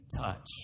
touch